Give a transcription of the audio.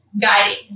guiding